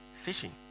fishing